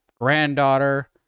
Granddaughter